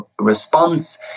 response